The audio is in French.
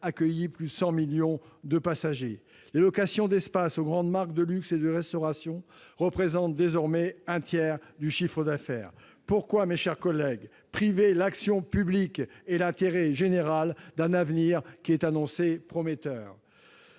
accueilli plus de 100 millions de passagers. Les locations d'espaces aux grandes marques de luxe et de restauration représentent désormais un tiers du chiffre d'affaires. Pourquoi, mes chers collègues, priver l'action publique et l'intérêt général d'un avenir qui est annoncé prometteur ?